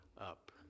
up